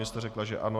Vy jste řekla, že ano.